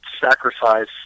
sacrifice